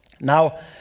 Now